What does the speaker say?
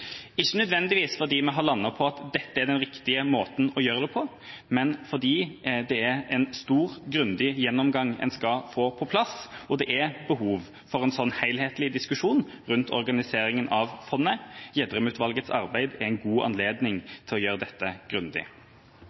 ikke nødvendigvis fordi vi har landet på at dette er den riktige måten å gjøre det på, men fordi det er en stor, grundig gjennomgang en skal få på plass, og at det derfor er behov for en helhetlig diskusjon rundt organiseringen av fondet. Gjedrem-utvalgets arbeid er en god anledning til å gjøre dette grundig.